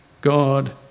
God